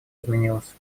изменилось